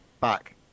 back